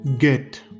Get